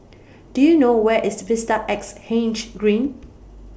Do YOU know Where IS Vista Exhange Green